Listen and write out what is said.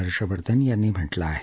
हर्षवर्धन यांनी म्हटलं आहे